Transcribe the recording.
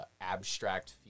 abstract